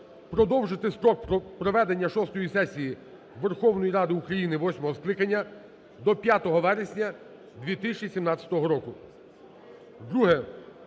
продовжити строк проведення шостої сесії Верховної Ради України восьмого скликання до 5 вересня 2017 року.